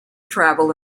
travel